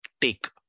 take